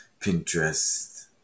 Pinterest